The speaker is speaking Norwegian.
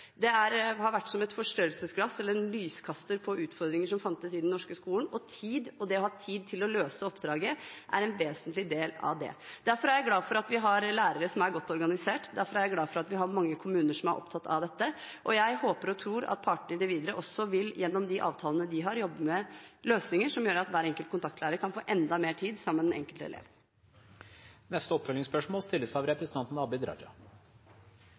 Det har vært som et forstørrelsesglass eller en lyskaster på utfordringer som fantes i den norske skolen, og det å ha tid til å løse oppdraget er en vesentlig del av det. Derfor er jeg glad for at vi har lærere som er godt organisert, derfor er jeg glad for at vi har mange kommuner som er opptatt av dette, og jeg håper og tror at partene i det videre også gjennom de avtalene de har, vil jobbe med løsninger som gjør at hver enkelt kontaktlærer kan få enda mer tid sammen med den enkelte elev. Abid Raja – til oppfølgingsspørsmål.